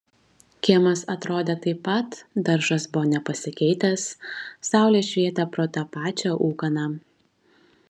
kiemas atrodė taip pat daržas buvo nepasikeitęs saulė švietė pro tą pačią ūkaną